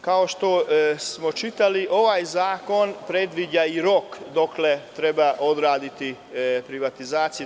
Kao što smo čitali, ovaj zakon predviđa i rok dokle treba odraditi privatizaciju.